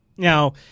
Now